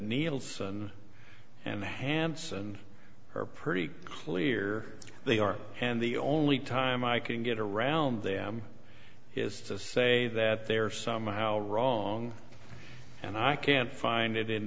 nielsen and the hanson are pretty clear they are and the only time i can get around them is to say that they're somehow wrong and i can't find it in